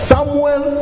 Samuel